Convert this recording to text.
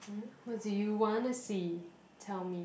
what do you want to see tell me